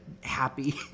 happy